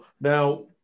now